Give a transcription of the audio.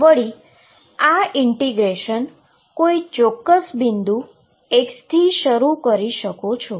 વળી આ ઈન્ટીગ્રેશન કોઈ ચોક્કસ બિંદુ x થી શરૂ કરો